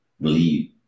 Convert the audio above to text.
believe